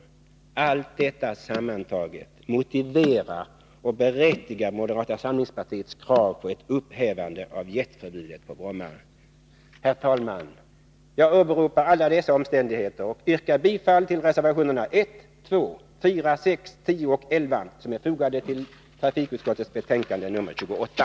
Allt detta sammantaget motiverar och berättigar moderata samlingspartiets krav på ett upphävande av jetförbudet på Bromma. Herr talman! Jag åberopar alla dessa omständigheter och yrkar bifall till reservationerna 1, 2, 4, 6, 10 och 11 som är fogade till trafikutskottets betänkande nr 28.